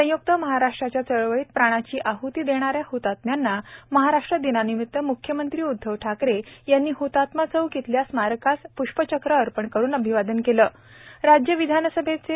संय्क्त महाराष्ट्राच्या चळवळीत प्राणाची आहती देणाऱ्या हतात्म्यांना महाराष्ट्र दिनानिमित मुख्यमंत्री उदधव ठाकरे यांनी हतात्मा चौक येथील स्मारकास प्ष्पचक्र अर्पण करून अभिवादन केलेराज्य विधानसभेचे मा